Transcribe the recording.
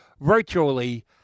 virtually